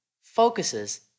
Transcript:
focuses